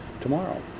tomorrow